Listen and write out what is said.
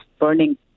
burning